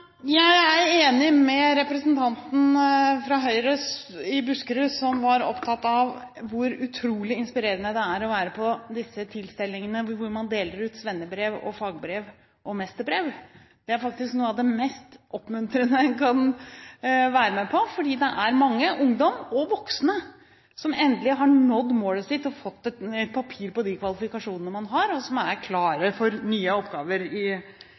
Jeg er enig med Høyre-representanten fra Buskerud, som var opptatt av hvor utrolig inspirerende det er å være på disse tilstelningene hvor man deler ut svennebrev, fagbrev og mesterbrev. Det er faktisk noe av det mest oppmuntrende en kan være med på, fordi det er mange ungdommer og voksne som endelig har nådd målet sitt og fått et papir på de kvalifikasjonene man har, og som er klare for nye oppgaver i